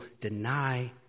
deny